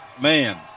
man